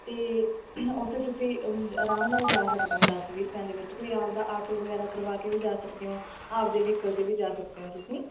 ਅਤੇ ਉੱਥੇ ਤੁਸੀਂ ਆਰਾਮ ਨਾਲ ਜਾ ਸਕਦੇ ਹੋ ਦਸ ਵੀਹ ਰੁਪਏ ਦੇ ਵਿੱਚ ਕੋਈ ਆਪਣਾ ਆਟੋ ਵਗੈਰਾ ਕਰਵਾ ਕੇ ਵੀ ਜਾ ਸਕਦੇ ਹੋ ਆਪਣੇ ਵਹੀਕਲ 'ਤੇ ਵੀ ਜਾ ਸਕਦੇ ਹੋ ਤੁਸੀਂ